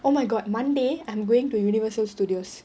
oh my god monday I'm going to universal studios